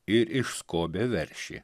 ir išskobė veršį